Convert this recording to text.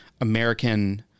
American